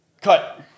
Cut